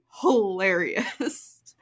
hilarious